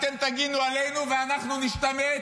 אתם תגנו עלינו ואנחנו נשתמט,